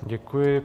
Děkuji.